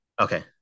Okay